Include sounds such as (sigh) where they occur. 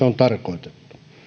(unintelligible) on tarkoitettu